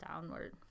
downward